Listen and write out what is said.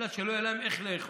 אלא שלא יהיה להם איך לאכול,